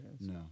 No